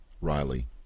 Riley